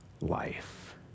life